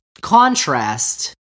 contrast